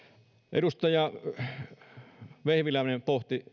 edustaja vehviläinen pohti